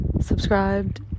subscribed